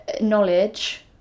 knowledge